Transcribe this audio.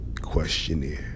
questionnaire